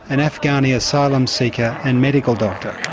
an afghani asylum seeker and medical doctor.